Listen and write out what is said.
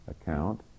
account